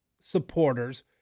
supporters